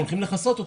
הולכים לכסות אותם.